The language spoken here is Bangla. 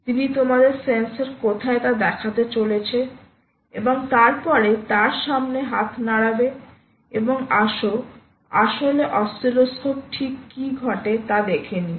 তিনি তোমাদের সেন্সর কোথায় তা দেখাতে চলেছে এবং তারপরে তার সামনে হাত নাড়াবে এবং আসো আসলে আসিলোস্কোপে ঠিক কী ঘটে তা দেখেনি